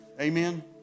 Amen